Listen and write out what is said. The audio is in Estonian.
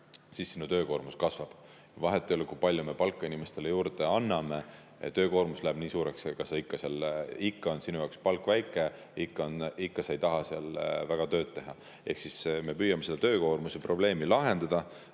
siis tema töökoormus kasvab. Vahet ei ole, kui palju me palka inimesele juurde anname, töökoormus läheb nii suureks ja ikka on tema jaoks palk väike ja ta ei taha seal väga tööd teha. Ehk siis me püüame töökoormuse probleemi lahendada.